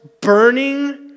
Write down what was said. burning